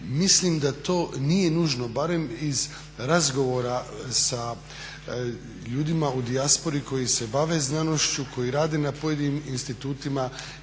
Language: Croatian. Mislim da to nije nužno barem iz razgovora sa ljudima u dijaspori koji se bave znanošću, koji rade na pojedinim institutima